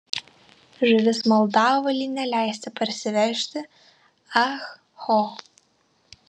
žuvis maldavo li neleisti parsivežti ah ho